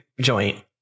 joint